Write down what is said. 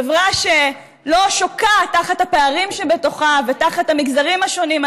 חברה שלא שוקעת תחת הפערים שבתוכה ותחת המגזרים השונים,